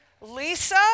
Lisa